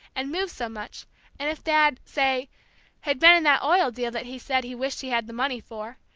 and moved so much, and if dad say had been in that oil deal that he said he wished he had the money for,